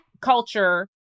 culture